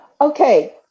Okay